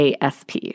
ASP